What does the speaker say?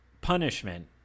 punishment